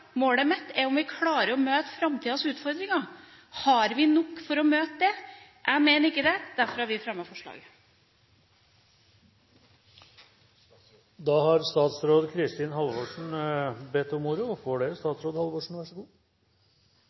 Målet mitt er å klare å møte framtidas utfordringer. Har vi nok for å møte det? Jeg mener vi ikke har det, derfor har vi fremmet dette forslaget.